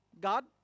God